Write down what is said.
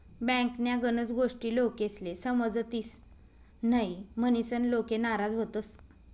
बँकन्या गनच गोष्टी लोकेस्ले समजतीस न्हयी, म्हनीसन लोके नाराज व्हतंस